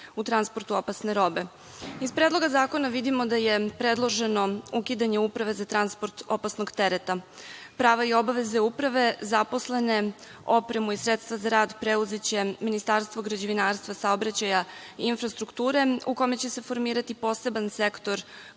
u transportu opasne robe. Iz predloga zakona vidimo da je predloženo ukidanje Uprave za transport opasnog tereta. Prava i obaveze Uprave, zaposlene, opremu i sredstva za rad preuzeće Ministarstvo građevinarstva, saobraćaj i infrastrukture u kome će se formirati poseban sektor